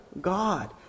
God